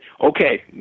okay